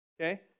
Okay